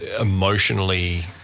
emotionally